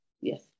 Yes